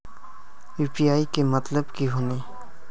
UPI के मतलब की होने?